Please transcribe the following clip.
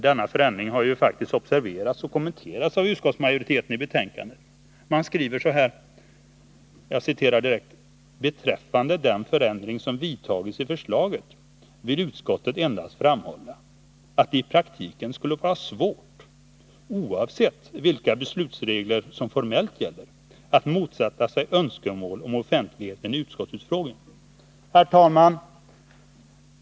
Denna förändring har faktiskt också skriver så här: ”Beträffande den förändring som har vidtagits i förslaget vill Onsdagen den utskottet endast framhålla att det i praktiken skulle vara svårt — oavsett vilka 1 april 1981 beslutsregler som formellt gäller — att motsätta sig önskemål om offentlighet vid en utskottsutfrågning.” Herr talman!